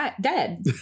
dead